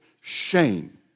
shame